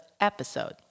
episode